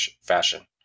fashion